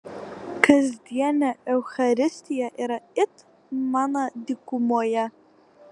kasdienė eucharistija yra it mana dykumoje